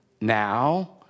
now